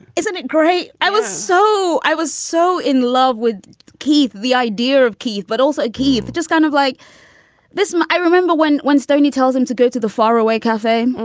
isn't it great? i was so i was so in love with keith. the idea of keith, but also keith just kind of like this i remember when when stoney tells him to go to the faraway cafe